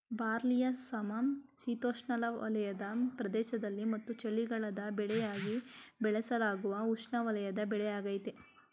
ಬಾರ್ಲಿಯು ಸಮಶೀತೋಷ್ಣವಲಯದ ಪ್ರದೇಶದಲ್ಲಿ ಮತ್ತು ಚಳಿಗಾಲದ ಬೆಳೆಯಾಗಿ ಬೆಳೆಸಲಾಗುವ ಉಷ್ಣವಲಯದ ಬೆಳೆಯಾಗಯ್ತೆ